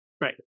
Right